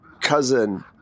cousin